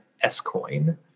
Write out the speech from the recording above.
S-Coin